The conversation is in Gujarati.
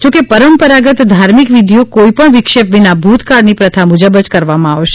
જો કે પરંપરાગત ધાર્મિક વિધિઓ કોઈપણ વિક્ષેપ વિના ભૂતકાળની પ્રથા મુજબ કરવામાં આવશે